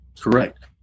correct